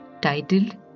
titled